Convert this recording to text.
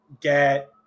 get